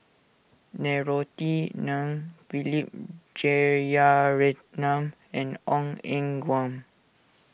Norothy Ng Philip Jeyaretnam and Ong Eng Guan